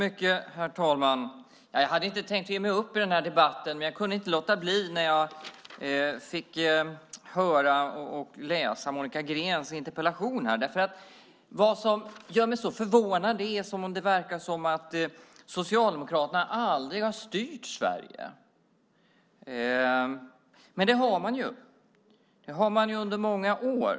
Herr talman! Jag hade inte tänkt att ge mig in i debatten, men jag kunde inte låta blir när jag fick höra det som sades och läste Monica Green interpellation. Vad som gör mig så förvånad är att det verkar som att Socialdemokraterna aldrig har styrt Sverige. Men det har man. Det har man gjort under många år.